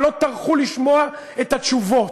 אבל לא טרחו לשמוע את התשובות,